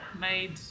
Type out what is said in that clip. made